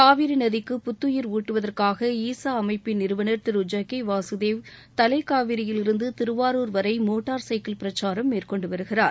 காவிரி நதிக்கு புத்துயிர் ஊட்டுவதற்காக ஈசா அமைப்பின் நிறுவனர் திரு ஜக்கி வாசுதேவ் தலை காவிரியிலிருந்து திருவாரூர் வரை மோட்டார் சைக்கிள் பிரச்சாரம் மேற்கொண்டு வருகிறார்